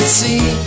see